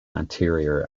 anterior